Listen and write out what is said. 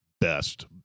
best